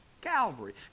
Calvary